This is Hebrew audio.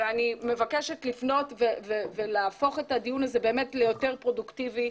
אני מבקשת לפנות ולהפוך את הדיון הזה באמת ליותר פרודוקטיבי,